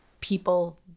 people